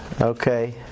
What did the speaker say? Okay